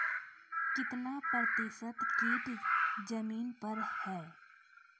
कितना प्रतिसत कीट जमीन पर हैं?